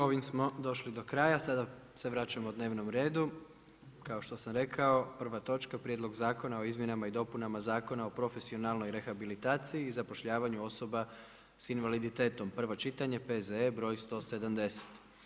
I ovim smo došli do kraja, sada se vračamo dnevnom redu, kao što sam rekao prva točka: - Prijedlog Zakona o izmjenama i dopunama Zakona o profesionalnoj rehabilitaciji i zapošljavanje osoba sa invaliditetom, prvo čitanje, P.Z.E. br.170.